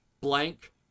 blank